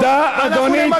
תודה, אדוני.